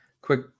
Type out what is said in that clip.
quick